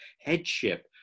headship